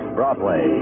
Broadway